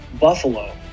Buffalo